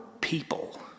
people